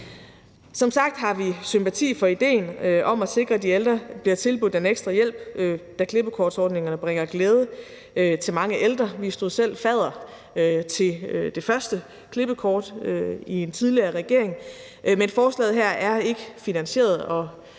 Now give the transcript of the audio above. Som sagt har vi sympati for idéen om at sikre, at de ældre bliver tilbudt den ekstra hjælp, da klippekortsordningerne bringer glæde til mange ældre – vi stod selv fadder til det første klippekort i en tidligere regering – men forslaget her er ikke finansieret, og